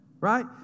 right